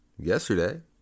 Yesterday